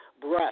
breath